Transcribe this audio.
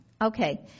okay